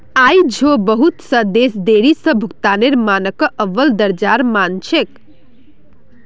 आई झो बहुत स देश देरी स भुगतानेर मानकक अव्वल दर्जार मान छेक